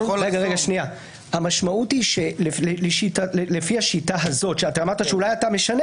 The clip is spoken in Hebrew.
רגיל --- לפי השיטה הזו שאמרת שאולי אתה משנה